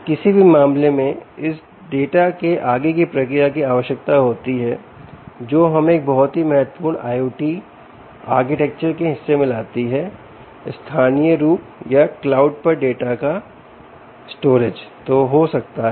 किसी भी मामले में इस डाटा की आगे की प्रक्रिया की आवश्यकता होती है जो हमें एक बहुत ही महत्वपूर्ण IoT आर्किटेक्चर के हिस्से में लाती है स्थानीय रूप से या क्लाउड पर डाटा का भंडारण तो हो सकता है